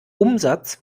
umsatz